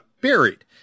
buried